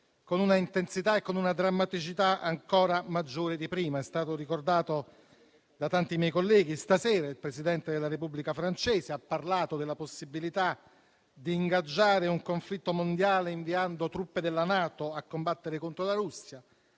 con una intensità e con una drammaticità ancora maggiori di prima. Come è stato ricordato da tanti miei colleghi, stasera il Presidente della Repubblica francese ha parlato della possibilità di ingaggiare un conflitto mondiale inviando truppe della NATO a combattere contro la Russia